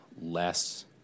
less